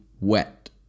wet